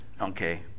Okay